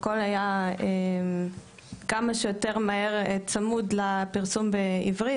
הכול היה כמה שיותר מהר צמוד לפרסום בעברית,